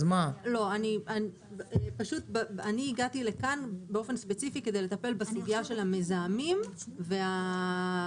אני הגעתי לכאן כדי לטפל בסוגיה של המזהמים והמיקרו.